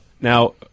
Now